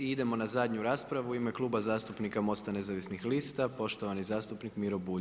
I idemo na zadnju raspravu, u ime Kluba zastupnika Mosta nezavisnih lista, poštovani zastupnik Miro Bulj.